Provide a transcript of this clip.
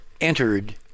entered